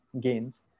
gains